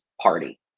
party